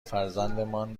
فرزندانمان